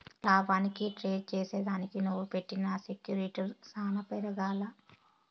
లాభానికి ట్రేడ్ చేసిదానికి నువ్వు పెట్టిన సెక్యూర్టీలు సాన పెరగాల్ల